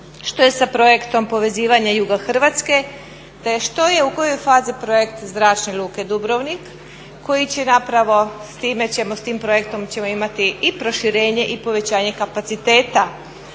Što je sa projektom povezivanja juga Hrvatske, te što je, u kojoj fazi projekt Zračne luke Dubrovnik koji će zapravo, s time ćemo, s tim projektom ćemo imati i proširenje i povećanje kapaciteta